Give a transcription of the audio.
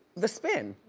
the spin.